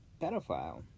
pedophile